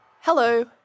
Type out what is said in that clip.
Hello